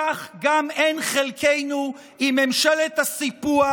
כך גם אין חלקנו עם ממשלת הסיפוח,